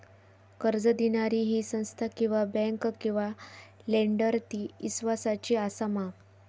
कर्ज दिणारी ही संस्था किवा बँक किवा लेंडर ती इस्वासाची आसा मा?